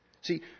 See